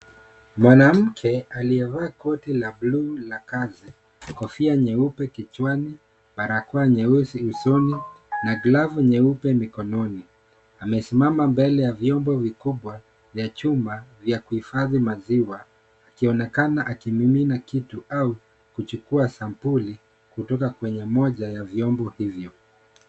Mwanamke aliyevaa koti la bluu la kazi, kofia nyeupe kichwani, barakoa nyeusi usoni na glovu nyeupe mikononi amesimama mbele ya vyombo vikubwa vya chuma vya kuhifadhi maziwa akionekana akimimina kitu au kuchukua sampuli kutoka kwenye moja ya vyombo hivyo.